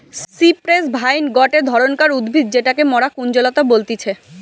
cypress vine গটে ধরণকার উদ্ভিদ যেটাকে মরা কুঞ্জলতা বলতিছে